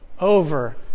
over